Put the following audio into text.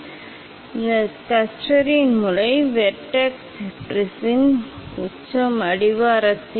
நிகழ்வு கோணம் அதிகரிக்கும் போது இந்த விளிம்பு நான் தொலைநோக்கி மற்றும் தொலைநோக்கி நோக்கி சுழல்கிறேன் குறைந்தபட்ச விலகல் நிலையை விட சில டிகிரி அதிகமாக வைத்திருப்பேன்